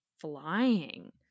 flying